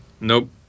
Nope